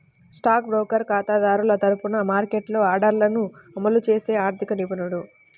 stock broker ఖాతాదారుల తరపున మార్కెట్లో ఆర్డర్లను అమలు చేసే ఆర్థిక నిపుణుడు